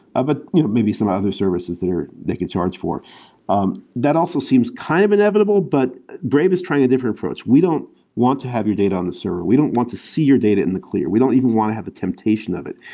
ah but you know maybe some other services there, they could charge for um that also seems kind of inevitable, but brave is trying a different approach. we don't want to have your data on this server. we don't want to see your data in the clear. we don't even want to have the temptation of it.